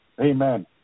Amen